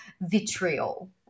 vitriol